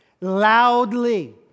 Loudly